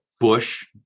bush